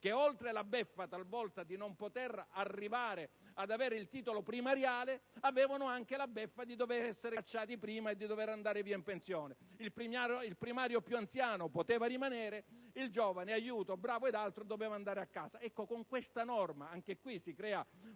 che, oltre alla beffa talvolta di non poter arrivare ad avere il titolo primariale, avevano anche la beffa di dover essere cacciati prima e di dover andare in pensione. Il primario più anziano poteva rimanere; il giovane aiuto, bravo e altro, doveva andare a casa.